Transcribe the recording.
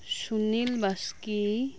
Sunil Baske